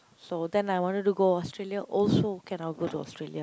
so then I wanted to go Australia also cannot go to Australia